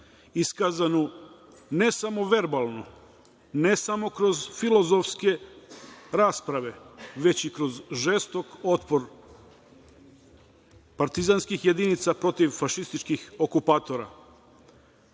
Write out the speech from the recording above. iskazanu ne samo verbalno, ne samo kroz filozofske rasprave, već i kroz žestok otpor partizanskih jedinica protiv fašističkih okupatora. Činjenica